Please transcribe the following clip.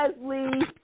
leslie